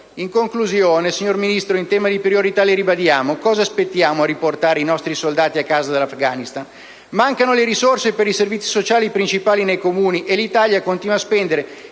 In conclusione, signora Ministro, in tema di priorità le ribadiamo: cosa aspettiamo a riportare a casa i nostri soldati dall'Afghanistan? Mancano le risorse per i servizi sociali principali nei Comuni e l'Italia continua a spendere